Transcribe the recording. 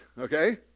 okay